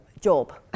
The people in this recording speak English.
job